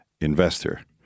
investor